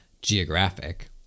geographic